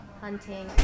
hunting